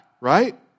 Right